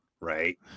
right